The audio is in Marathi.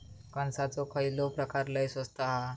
कणसाचो खयलो प्रकार लय स्वस्त हा?